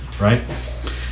right